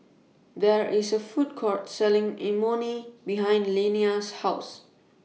There IS A Food Court Selling Imoni behind Liana's House